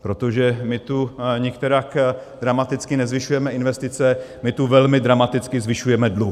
Protože my tu nikterak dramaticky nezvyšujeme investice, my tu velmi dramaticky zvyšujeme dluh.